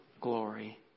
glory